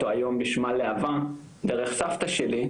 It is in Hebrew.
או היום בשמה להב"ה דרך סבתא שלי,